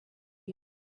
you